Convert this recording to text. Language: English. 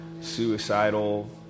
suicidal